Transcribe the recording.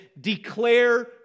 declare